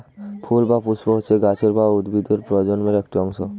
ফুল বা পুস্প হচ্ছে গাছের বা উদ্ভিদের প্রজননের একটি অংশ